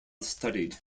studied